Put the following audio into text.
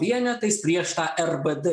vienetais prieš tą rbd